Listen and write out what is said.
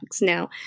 now